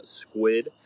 Squid